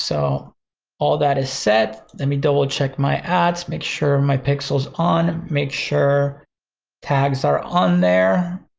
so all that is set, let me double check my ads make sure my pixel's on, make sure tags are on there.